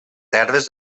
terres